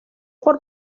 por